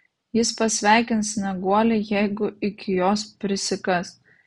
jis pasveikins snieguolę jeigu iki jos prisikas